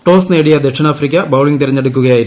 toss നേടിയ ദക്ഷിണാഫ്രിക്ക bowling തെരഞ്ഞെടുക്കുകയായിരുന്നു